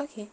okay